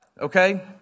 Okay